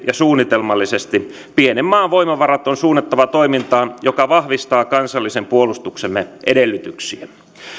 ja suunnitelmallisesti pienen maan voimavarat on suunnattava toimintaan joka vahvistaa kansallisen puolustuksemme edellytyksiä